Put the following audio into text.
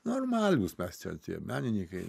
normaliūs mes tie tie meninykai